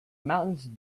mountains